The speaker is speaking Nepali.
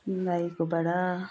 गाईकोबाट